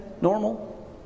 Normal